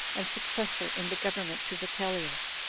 and successor in the government to vitellius,